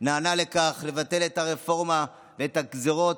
נענה לכך וביטל את הרפורמה ואת הגזרות,